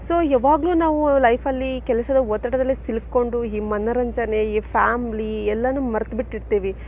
so ಯಾವಾಗಲೂ ನಾವು ಲೈಫಲ್ಲಿ ಕೆಲಸದ ಒತ್ತಡದಲ್ಲಿ ಸಿಲಕ್ಕೊಂಡು ಈ ಮನೋರಂಜನೆ ಈ ಫ್ಯಾಮ್ಲಿ ಎಲ್ಲಾನೂ ಮರ್ತ್ಬಿಟ್ಟಿರ್ತೀವಿ